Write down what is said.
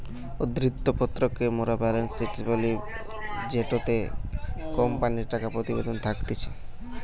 উদ্ধৃত্ত পত্র কে মোরা বেলেন্স শিট বলি জেটোতে কোম্পানির টাকা প্রতিবেদন থাকতিছে